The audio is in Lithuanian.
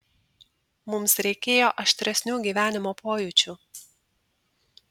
mums reikėjo aštresnių gyvenimo pojūčių